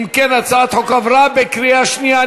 אם כן, הצעת החוק עברה בקריאה שנייה.